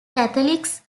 catholics